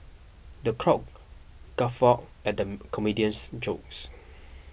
the crowd guffaw at the comedian's jokes